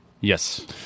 Yes